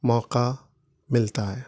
موقع ملتا ہے